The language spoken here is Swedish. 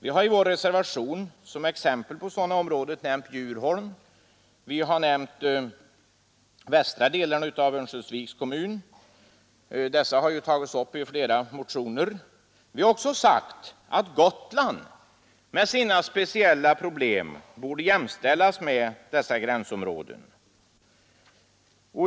Vi har i vår reservation som exempel på sådana områden nämnt Bjurholm och västra delarna av Örnsköldsviks kommun, som bl.a. tagis upp i flera motioner. Vi har också sagt att Gotland med sina speciella problem borde jämställas med dessa gränsområden.